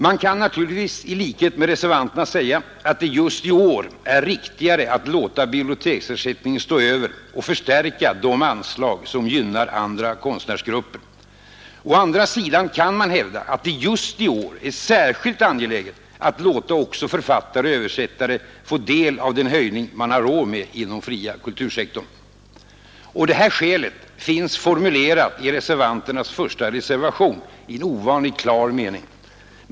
Man kan naturligtvis i likhet med reservanterna säga att det just i år är riktigare att låta biblioteksersättningen stå över och förstärka de anslag som gynnar andra konstnärsgrupper. Å andra sidan kan man hävda att det just i år är särskilt angeläget att låta också författare och översättare få del av den höjning man har råd med inom den fria kultursektorn. Och skälet finns formulerat i reservanternas första reservation, A 1 a, i en ovanligt klar mening.